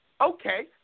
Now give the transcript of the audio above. okay